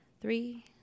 three